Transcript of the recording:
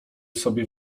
sobie